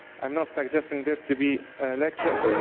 i'm not suggesting this to be a lecture,